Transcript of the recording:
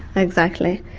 exactly.